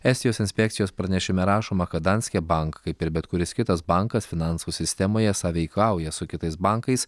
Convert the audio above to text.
estijos inspekcijos pranešime rašoma kad danske bank kaip ir bet kuris kitas bankas finansų sistemoje sąveikauja su kitais bankais